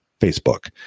Facebook